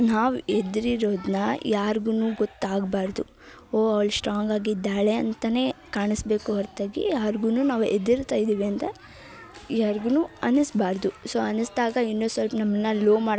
ನಾವು ಹೆದ್ರಿರೋದ್ನ ಯಾರ್ಗು ಗೊತ್ತಾಗ್ಬಾರದು ಓ ಅವ್ಳು ಸ್ಟ್ರಾಂಗ್ ಆಗಿದ್ದಾಳೆ ಅಂತಲೇ ಕಾಣಿಸಬೇಕು ಹೊರ್ತಾಗಿ ಯಾರ್ಗು ನಾವು ಹೆದರ್ತಾ ಇದ್ದೀವಿ ಅಂತ ಯಾರ್ಗು ಅನಿಸ್ಬಾರದು ಸೊ ಅನಿಸ್ದಾಗ ಇನ್ನು ಸೊಲ್ಪ ನಮ್ಮನ್ನ ಲೋ ಮಾಡಕ್ಕೆ ನೋಡ್ತಾರೆ ಅಂದರೆ